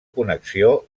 connexió